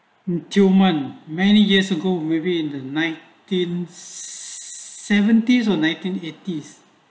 tioman many years ago with in the nineteen seventies or nineteen eighties